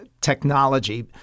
technology